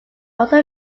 also